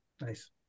Nice